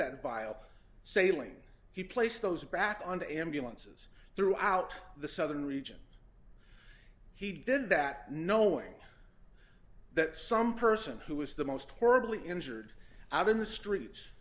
that vial sailing he placed those back on the ambulances throughout the southern region he did that knowing that some person who was the most horribly injured out in the streets